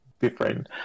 different